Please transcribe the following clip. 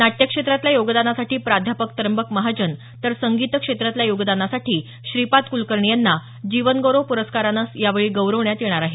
नाट्यक्षेत्रातल्या योगदानासाठी प्राध्यापक त्र्यंबक महाजन तर संगीत क्षेत्रातल्या योगदानासाठी श्रीपाद कुलकर्णी यांना जीवनगौरव पुरस्कारानं यावेळी गौरवण्यात येणार आहे